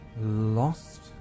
lost